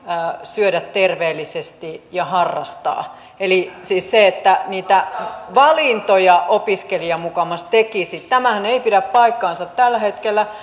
syödä terveellisesti ja harrastaa eli siis että niitä valintoja opiskelija mukamas tekisi tämähän ei pidä paikkaansa tällä hetkellä